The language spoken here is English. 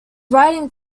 writing